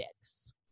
six